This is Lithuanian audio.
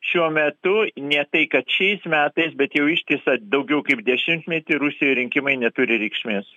šiuo metu ne tai kad šiais metais bet jau ištisą daugiau kaip dešimtmetį rusijoj rinkimai neturi reikšmės